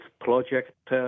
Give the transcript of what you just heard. project